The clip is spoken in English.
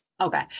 Okay